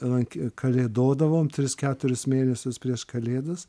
lankė kalėdodavom tris keturis mėnesius prieš kalėdas